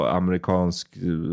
amerikansk